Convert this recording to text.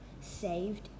saved